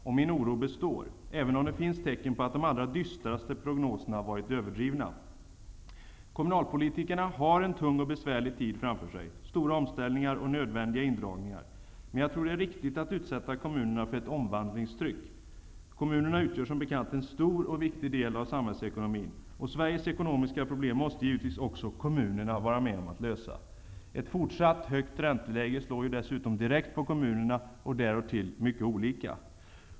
Och min oro består, även om det finns tecken på att de allra dystraste prognoserna varit överdrivna. Kommunalpoltikerna har en tung och besvärlig tid framför sig med stora omställningar och nödvändiga indragningar. Men jag tror att det är riktigt att utsätta kommunerna för ett omvandlingstryck. Kommunerna utgör som bekant en stor och viktig del av samhällsekonomin. Sveriges ekonomiska problem måste givetvis också kommunerna vara med om att lösa. Ett fortsatt högt ränteläge slår ju dessutom direkt på kommunerna och därtill mycket olika.